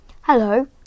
Hello